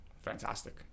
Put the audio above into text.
Fantastic